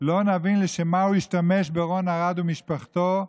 לא נבין לשם מה הוא השתמש ברון ארד ובמשפחתו.